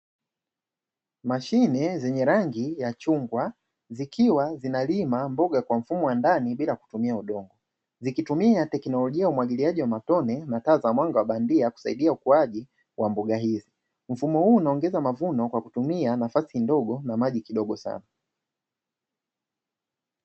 Mashine zenye rangi ya chungwa zikiwa zinalima mboga kwa mfumo wa ndani bila kutumia udongo, zikitumia teknolojia umwagiliaji wa matone na taa za mwanga wa bandia kusaidia ukuaji wa mbuga hizi mfumo huu unaongeza mavuno kwa kutumia nafasi ndogo na maji kidogo sana.